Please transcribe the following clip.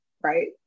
Right